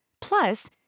Plus